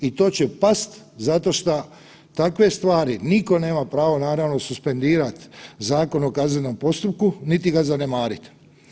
I to će past zato šta takve stvari niko nema pravo naravno suspendirat Zakon o kaznenom postupku niti ga zanemariti.